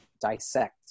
dissect